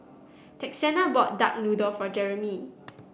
Texanna bought Duck Noodle for Jeramie